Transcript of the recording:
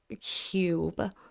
cube